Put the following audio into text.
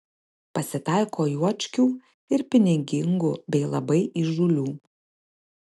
pasitaiko juočkių ir pinigingų bei labai įžūlių